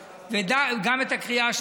גם את הקריאה הראשונה,